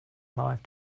life